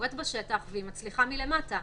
קורית בשטח והיא מצליחה מלמטה.